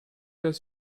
dass